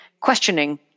questioning